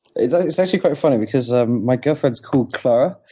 it's like it's actually quite funny because um my girlfriend is called clara,